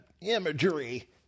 imagery